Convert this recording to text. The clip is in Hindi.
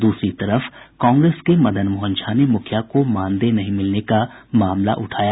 द्रसरी तरफ कांग्रेस के मदन मोहन झा ने मुखिया को मानदेय नहीं मिलने का मामला उठाया